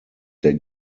der